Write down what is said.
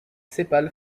sépales